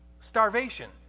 starvation